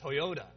Toyota